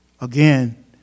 Again